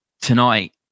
tonight